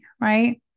right